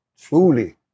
truly